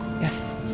Yes